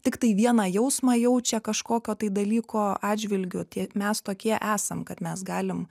tiktai vieną jausmą jaučia kažkokio tai dalyko atžvilgiu tie mes tokie esam kad mes galim